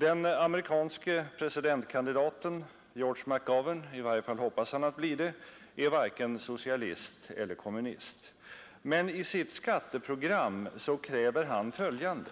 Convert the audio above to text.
Den amerikanske presidentkandidaten George McGovern — i varje fall hoppas han ju bli presidentkandidat — är varken socialist eller kommunist. Men i sitt skatteprogram kräver han följande: